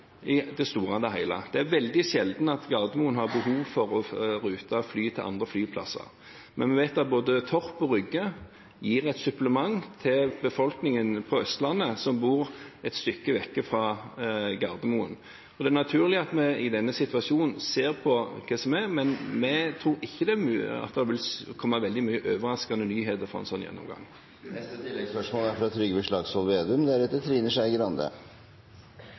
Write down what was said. i det store og hele. Det er veldig sjelden at Gardermoen har behov for å rute fly til andre flyplasser, men vi vet at både Torp og Rygge gir et supplement til befolkningen på Østlandet som bor et stykke vekk fra Gardermoen. Det er naturlig at vi i denne situasjonen ser på hvordan det er, men vi tror ikke det vil komme veldig mange overraskende nyheter ut av en slik gjennomgang. Trygve Slagsvold Vedum – til oppfølgingsspørsmål. Nå blir det 1 000 nye i ledighetskøen i Østfold. Det er